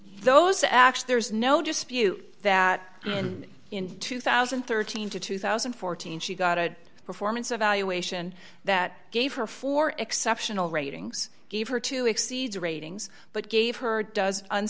those acts there's no dispute that in two thousand and thirteen to two thousand and fourteen she got a performance evaluation that gave her four exceptional ratings gave her two exceeds ratings but gave her does an